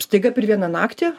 staiga per vieną naktį